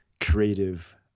creative